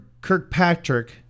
Kirkpatrick